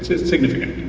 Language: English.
it's significant.